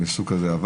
אבל